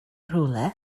rhywle